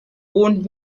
wohnt